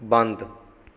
ਬੰਦ